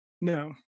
no